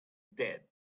dead